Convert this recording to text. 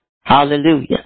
Hallelujah